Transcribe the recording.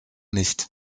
nicht